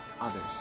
others